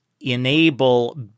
enable